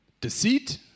deceit